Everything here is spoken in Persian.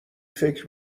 فکر